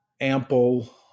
ample